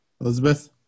Elizabeth